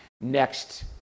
next